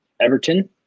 Everton